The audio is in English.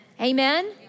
amen